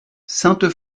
sainte